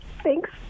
Thanks